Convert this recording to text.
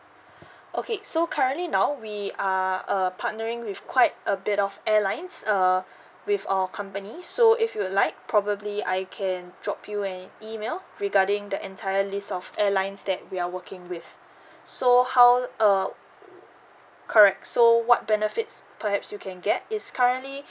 okay so currently now we are uh partnering with quite a bit of airlines err with our company so if you would like probably I can drop you an email regarding the entire list of airlines that we are working with so howl uh correct so what benefits perhaps you can get is currently